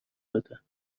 بده